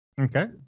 Okay